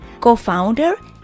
co-founder